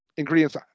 ingredients